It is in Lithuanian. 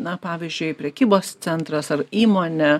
na pavyzdžiui prekybos centras ar įmonė